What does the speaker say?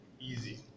easy